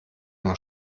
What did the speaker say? nur